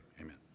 Amen